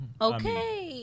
Okay